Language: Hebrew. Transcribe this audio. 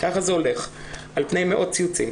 כך זה הולך על פני מאות ציוצים.